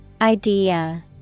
Idea